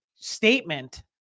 statement